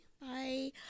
Bye